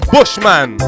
Bushman